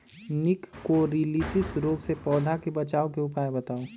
निककरोलीसिस रोग से पौधा के बचाव के उपाय बताऊ?